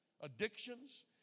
addictions